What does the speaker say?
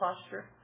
posture